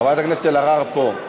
חברת הכנסת אלהרר פה.